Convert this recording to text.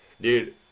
dude